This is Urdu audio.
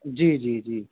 جی جی جی